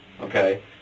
Okay